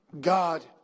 God